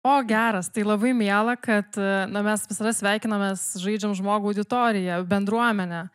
o geras tai labai miela kad na mes visada sveikinomės žaidžiam žmogų auditorija bendruomene